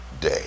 day